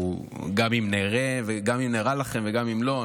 גם אם נראה לכם וגם אם לא,